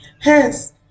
Hence